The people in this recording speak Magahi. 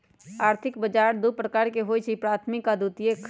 आर्थिक बजार दू प्रकार के होइ छइ प्राथमिक आऽ द्वितीयक